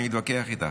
אני מתווכח איתך,